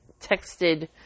texted